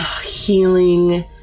healing